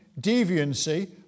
deviancy